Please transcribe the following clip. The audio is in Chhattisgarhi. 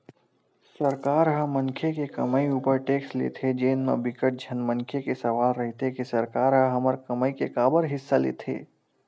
सरकार ह मनखे के कमई उपर टेक्स लेथे जेन म बिकट झन मनखे के सवाल रहिथे के सरकार ह हमर कमई के काबर हिस्सा लेथे